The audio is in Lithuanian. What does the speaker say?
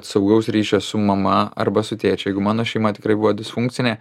saugaus ryšio su mama arba su tėčiu jeigu mano šeima tikrai buvo disfunkcinė